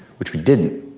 which we didn't.